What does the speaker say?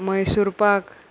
Mysore pak